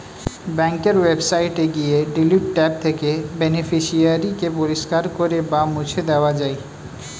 ব্যাঙ্কের ওয়েবসাইটে গিয়ে ডিলিট ট্যাব থেকে বেনিফিশিয়ারি কে পরিষ্কার করে বা মুছে দেওয়া যায়